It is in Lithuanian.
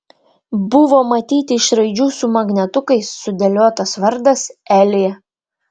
buvo matyti iš raidžių su magnetukais sudėliotas vardas elė